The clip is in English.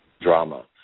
drama